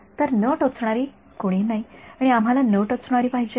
तर न टोचणारी कोणीही नाही आणि आम्हाला न टोचणारी पाहिजे आहे